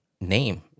name